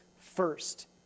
first